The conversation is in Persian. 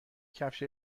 کفش